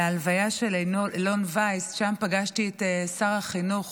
להלוויה של אילון ויס, שם פגשתי את שר החינוך,